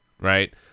Right